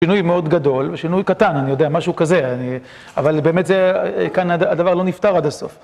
שינוי מאוד גדול, שינוי קטן, אני יודע, משהו כזה, אבל באמת זה, כאן הדבר לא נפתר עד הסוף.